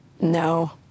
No